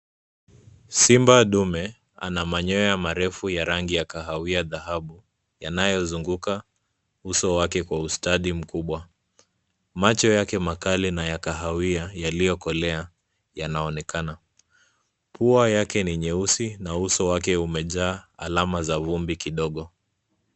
Simba dume ana manyoya marefu ya rangi ya kahawia dhahabu yanayozunguka uso wake kwa ustadi mkubwa. Macho yake makali na ya kahawia yaliyokolea yanaonekana. Pua yake ni nyeusi na uso wake umejaa alama za vumbi kidogo.